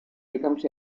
becomes